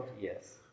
yes